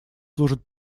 служит